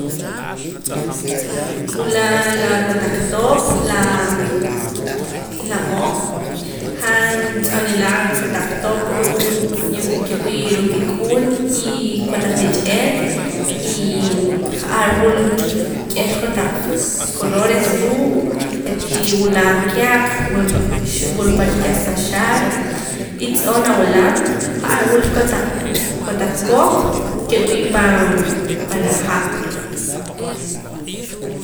Wula la kotaq top lam la mook' han tz'oo' nila' kotaq top ru'uum siempre ki'wii' ruu' kik'uun y kotaq rich'eet y ja'ar wula k'eh kotaq colores ruu' je'tii wula kiaq wul pach ke hasta xaar y tz'oo' nawulam ja'ar wula kotaq kotaq kok ki'wii' pan pan la ha'